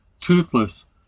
toothless